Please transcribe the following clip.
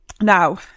now